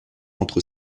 entre